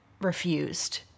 refused